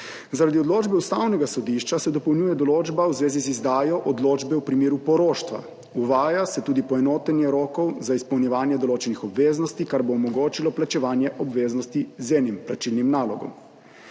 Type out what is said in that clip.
Zaradi odločbe Ustavnega sodišča se dopolnjuje določba v zvezi z izdajo odločbe v primeru poroštva. Uvaja se tudi poenotenje rokov za izpolnjevanje določenih obveznosti, kar bo omogočilo plačevanje obveznosti z enim plačilnim nalogom.